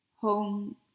home